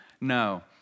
No